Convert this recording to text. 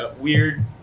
weird